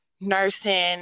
nursing